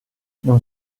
non